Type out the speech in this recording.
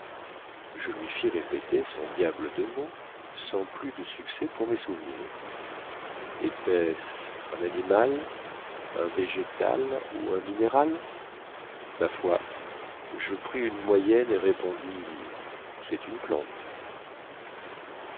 je lui fis répéter son diable de mot sans plus de succès pour mes souvenirs étaitce un animal un végétal ou un minéral ma foi je pris une moyenne et répondis cest une plante